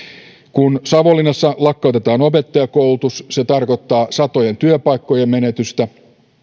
kun savonlinnassa lakkautetaan opettajakoulutus se se tarkoittaa satojen työpaikkojen menetystä